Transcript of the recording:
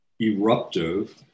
eruptive